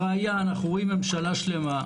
אנחנו רואים ממשלה שלמה,